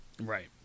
Right